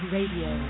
Radio